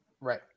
Right